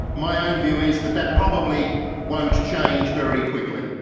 my own view is that that probably won't change very quickly.